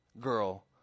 girl